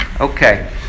okay